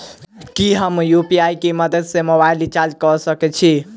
की हम यु.पी.आई केँ मदद सँ मोबाइल रीचार्ज कऽ सकैत छी?